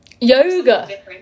Yoga